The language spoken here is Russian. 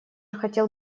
хотел